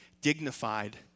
dignified